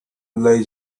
lay